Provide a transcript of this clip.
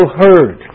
heard